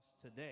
Today